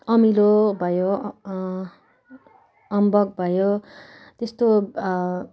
अमिलो भयो अम्बक भयो त्यस्तो